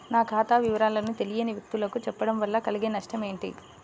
నా ఖాతా వివరాలను తెలియని వ్యక్తులకు చెప్పడం వల్ల కలిగే నష్టమేంటి?